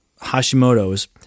Hashimoto's